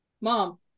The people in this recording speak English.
mom